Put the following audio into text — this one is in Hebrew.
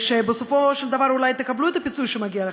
בסופו של דבר אולי תקבלו את הפיצוי שמגיע לכם,